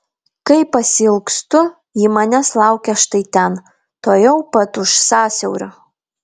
kai pasiilgstu ji manęs laukia štai ten tuojau pat už sąsiaurio